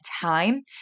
time